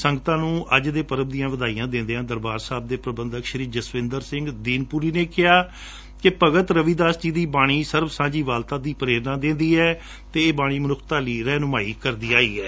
ਸੰਗਤਾਂ ਨੰ ਅੱਜ ਦੇ ਪਰਬ ਦੀਆਂ ਵਧਾਈਆਂ ਦਿਦਿਆਂ ਦਰਬਾਰ ਸਾਹਿਬ ਦੇ ਪ੍ਰਬੰਧਕ ਜਸੱਵਿੰਦਰ ਸਿੰਘ ਦੀਨਪੁਰ ਨੇ ਕਿਹਾ ਕਿ ਭਾਰਤ ਰਵੀਦਾਸ ਜੀ ਦੀ ਬਾਣੀ ਸਰਬ ਸਾਂਝੀਵਾਲਤਾ ਦੀ ਪ੍ਰੇਰਣਾ ਦਿੰਦੀ ਹੈ ਅਤੇ ਇਹ ਬਾਣੀ ਮਨੁੱਖਤਾ ਲਈ ਰਾਹਨੁਮਾਈ ਕਰਦੀ ਆਈ ਹੈ